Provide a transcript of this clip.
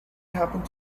happened